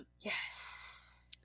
yes